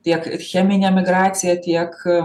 tiek cheminė migracija tiek